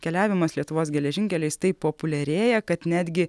keliavimas lietuvos geležinkeliais taip populiarėja kad netgi